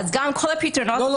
אז גם כל הפתרונות --- לא,